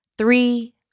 Three